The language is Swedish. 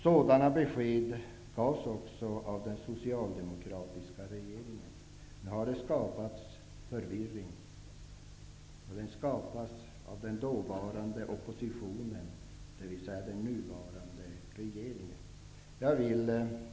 Sådana besked gavs också av den socialdemokratiska regeringen. Nu har det skapats förvirring. Den skapas av den dåvarande oppositionen, dvs. den nuvarande regeringen.